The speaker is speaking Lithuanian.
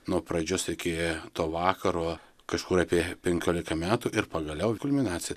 nuo pradžios iki to vakaro kažkur apie penkiolika metų ir pagaliau kulminacija